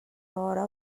hora